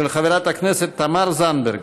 של חברת הכנסת תמר זנדברג.